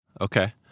okay